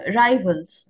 rivals